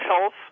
health